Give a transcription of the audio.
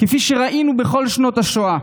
כפי שראינו בכל שנות השואה,